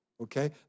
Okay